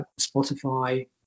Spotify